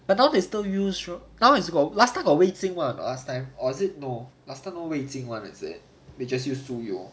but now they still use so now is about now still got 味精 [one] last time or is it no last time no 味精 [one] is it they just used 酥油